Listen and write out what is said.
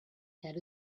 head